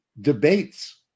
debates